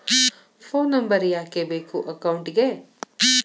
Phone number ಯಾಕೆ ಬೇಕು ಅಕೌಂಟಿಗೆ?